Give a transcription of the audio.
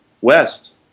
West